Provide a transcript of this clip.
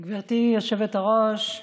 גברתי היושבת-ראש,